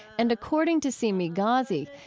and according to seemi ghazi,